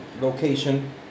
location